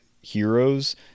heroes